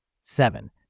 Seven